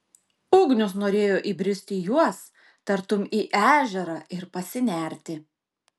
ugnius norėjo įbristi į juos tartum į ežerą ir pasinerti